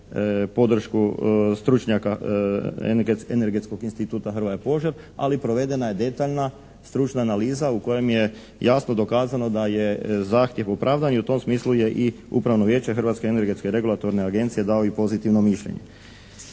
podršku stručnjaka Energetskog instituta "Hrvoje Požar" ali provedena je detaljna stručna analiza u kojem je jasno dokazano da je zahtjev opravdan i u tom smislu je Upravno vijeće Hrvatske energetske regulatnorne agencije dalo i pozitivno mišljenje.